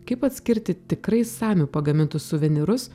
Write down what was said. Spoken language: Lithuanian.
kaip atskirti tikrai samių pagamintus suvenyrus